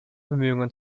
bemühungen